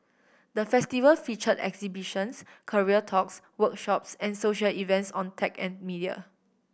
the Festival featured exhibitions career talks workshops and social events on tech and media